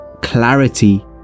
clarity